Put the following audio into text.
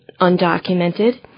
undocumented